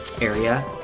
area